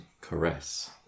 Caress